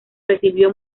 recibió